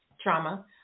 trauma